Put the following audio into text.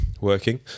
Working